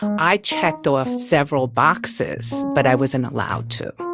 um i checked off several boxes, but i wasn't allowed to.